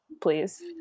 please